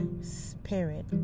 spirit